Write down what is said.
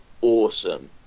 awesome